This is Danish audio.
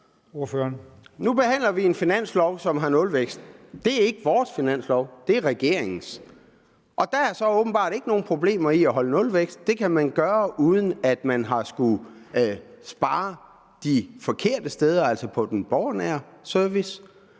Nu behandler vi en finanslov, som har nulvækst. Det er ikke vores finanslov, det er regeringens. Og der er så åbenbart ikke nogen problemer i at holde nulvækst – det kan man gøre, uden at man har skullet spare de forkerte steder, altså på den borgernære service,